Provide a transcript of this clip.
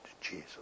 Jesus